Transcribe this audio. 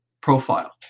profile